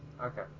Okay